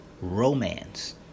romance